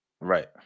Right